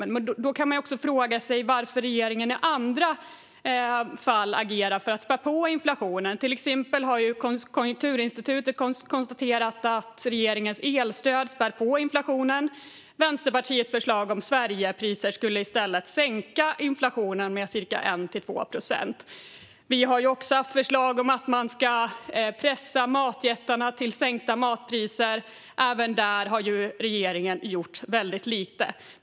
Men då kan man fråga sig varför regeringen i andra fall agerar för att spä på inflationen - till exempel har Konjunkturinstitutet konstaterat att regeringens elstöd spär på inflationen. Vänsterpartiets förslag om Sverigepriser skulle i stället sänka inflationen med 1-2 procent. Vi har också haft förslag om att pressa matjättarna till sänkta matpriser, men även där har regeringen gjort väldigt lite.